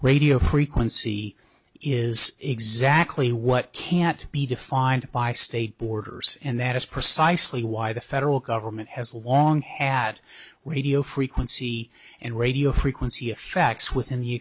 radio frequency is exactly what can't be defined by state borders and that is precisely why the federal government has long had radio frequency and radio frequency effects within the